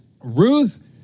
Ruth